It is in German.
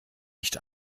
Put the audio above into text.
nicht